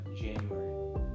January